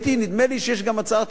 נדמה לי שיש גם הצעת חוק